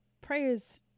prayers